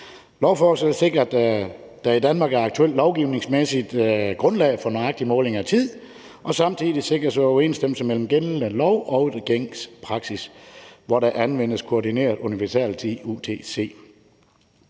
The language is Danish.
Lovforslaget vil sikre, at der i Danmark er aktuelt lovgivningsmæssigt grundlag for nøjagtig måling af tid, og samtidig sikres overensstemmelse mellem gældende lov og gængs praksis, hvor der anvendes koordineret universaltid, UTC.